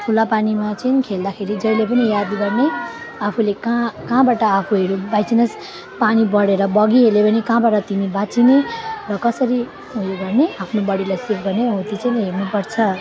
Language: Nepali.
खुल्ला पानीमा चाहिँ खेल्दाखेरि जहिले पनि याद गर्ने आफूले कहाँ कहाँबाट आफूहरू बाइचान्स पानी बढेर बगिहाले भने कहाँबाट तिमी बाँच्ने र कसरी यो गर्ने आफ्नो बोडीलाई सेफ गर्ने हो त्यो चाहिँ नि हेर्नुपर्छ